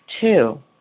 two